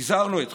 הזהרנו אתכם,